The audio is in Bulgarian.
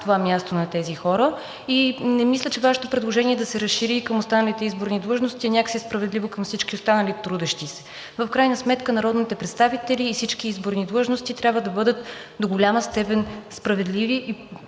това място на тези хора и не мисля, че Вашето предложение да се разшири към останалите изборни длъжности е някак справедливо към всички останали трудещи се. В крайна сметка народните представители и всички изборни длъжности трябва да бъдат до голяма степен справедливи и